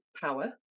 power